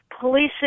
policing